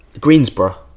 Greensboro